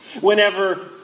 whenever